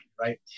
right